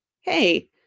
Hey